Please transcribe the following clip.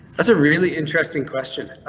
that's a really interesting question.